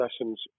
lessons